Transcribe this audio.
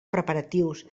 preparatius